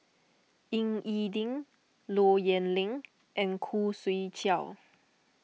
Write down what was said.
Ying E Ding Low Yen Ling and Khoo Swee Chiow